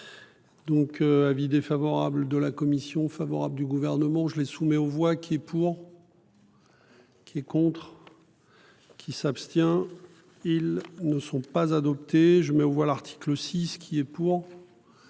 Donc, avis défavorable de la commission favorable du gouvernement je les soumet aux voix qui est pour. Qui est contre. Qui s'abstient. Ils ne sont pas adoptés je mets aux voix l'article 6 qui est pour.